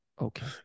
okay